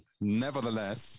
Nevertheless